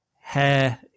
Hair